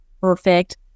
perfect